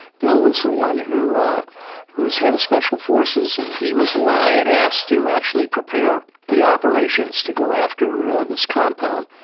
bill was the one who who was head of special forces. and he was the one i had asked to actually prepare the operations to go after this compound,